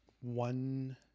one